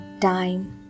time